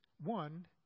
One